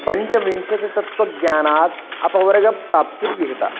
पञ्चविंशतितत्त्वज्ञानात् अपवर्गप्राप्तिर्विहिता